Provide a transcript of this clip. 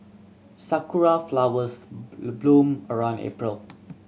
sakura flowers bloom around April